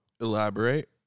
Elaborate